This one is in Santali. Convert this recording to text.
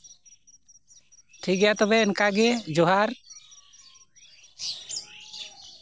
ᱴᱷᱤᱠ ᱜᱮᱭᱟ ᱛᱚᱵᱮ ᱤᱱᱠᱟᱜᱮ ᱡᱚᱦᱟᱨ